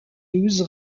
douze